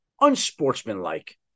unsportsmanlike